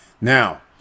Now